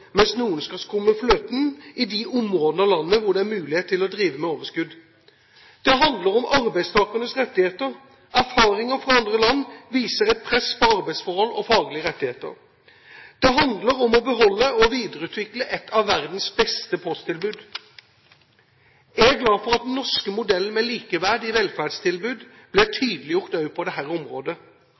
mens noen skal skumme fløten i de områdene av landet hvor det er mulighet til å drive med overskudd. Det handler om arbeidstakernes rettigheter. Erfaringer fra andre land viser et press på arbeidsforhold og faglige rettigheter. Det handler om å beholde og videreutvikle et av verdens beste posttilbud. Jeg er glad for at den norske modellen med likeverd i velferdstilbud ble tydeliggjort også på dette området.